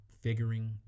Figuring